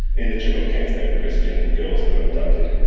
in the chibok case they were christian girls who were abducted.